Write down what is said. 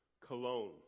cologne